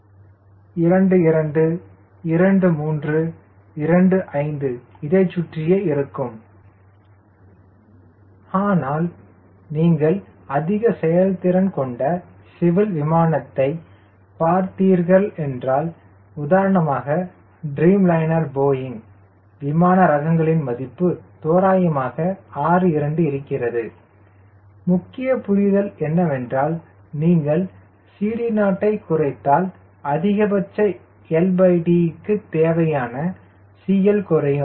2 2 2 3 2 5 இதைச் சுற்றியே இருக்கும் ஆனால் நீங்கள் அதிக செயல்திறன் கொண்ட சிவில் விமானத்தைப் பார்த்தீர்களென்றால் உதாரணமாக ட்ரீம்லைனர் போயிங் விமான ரகங்களின் மதிப்பு தோராயமாக 6 2 இருக்கிறது முக்கியமான புரிதல் என்னவென்றால் நீங்கள் CD0 ஐ குறைத்தால் அதிகபட்ச LD க்கு தேவையான CL குறையும்